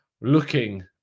looking